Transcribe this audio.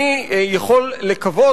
אני יכול לקוות,